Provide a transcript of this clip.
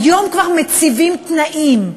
היום כבר מציבים תנאים,